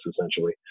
essentially